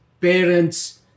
parents